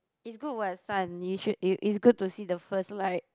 is good what sun you should is is good to see the first light